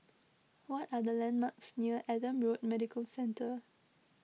what are the landmarks near Adam Road Medical Centre